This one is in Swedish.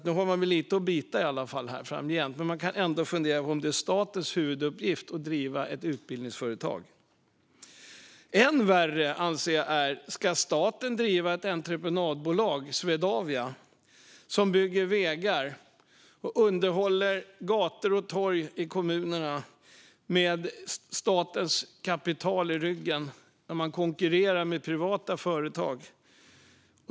Nu har det i varje fall lite att bita i framgent. Men man kan ändå fundera på om det är statens huvuduppgift att driva ett utbildningsföretag. Det finns något som jag anser är än värre. Ska staten driva entreprenadbolag som Svevia, som bygger vägar och underhåller gator och torg i kommunerna? Det har statens kapital i ryggen när det konkurrerar med privata företag.